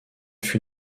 fut